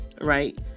right